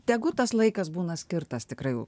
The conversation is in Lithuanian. tegu tas laikas būna skirtas tikrai